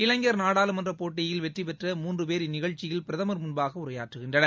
இளைஞர் நாடாளுமன்ற போட்டியில் வெற்றி பெற்ற மூன்று பேர் இந்நிகழ்ச்சியில் பிரதமர் முன்பாக உரையாற்றுகின்றனர்